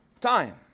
Time